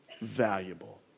valuable